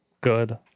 Good